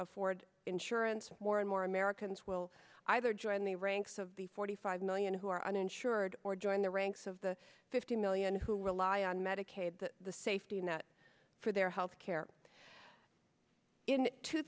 afford insurance more and more americans will either join the ranks of the forty five million who are uninsured or join the ranks of the fifty million who rely on medicaid the safety net for their health care in two